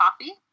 coffee